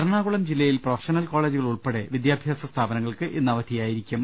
എറണാ കുളം ജില്ലയിൽ പ്രൊഫഷണൽ കോളേജുകൾ ഉൾപ്പെടെ വിദ്യാഭ്യാസ സ്ഥാപനങ്ങൾക്ക് ഇന്ന് അവധിയായിരിക്കും